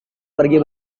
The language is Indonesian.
pergi